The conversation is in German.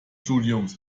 studiums